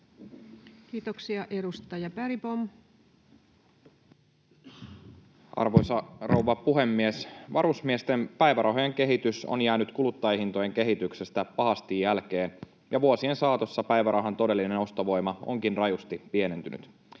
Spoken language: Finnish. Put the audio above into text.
Kiitoksia. — Edustaja Bergbom. Arvoisa rouva puhemies! Varusmiesten päivärahojen kehitys on jäänyt kuluttajahintojen kehityksestä pahasti jälkeen, ja vuosien saatossa päivärahan todellinen ostovoima onkin rajusti pienentynyt.